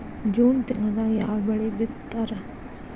June ತಿಂಗಳದಾಗ ಯಾವ ಬೆಳಿ ಬಿತ್ತತಾರ?